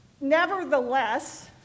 Nevertheless